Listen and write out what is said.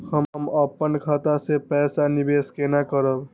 हम अपन खाता से पैसा निवेश केना करब?